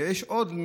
ויש עוד,